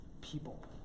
people